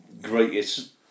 greatest